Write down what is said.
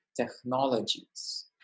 technologies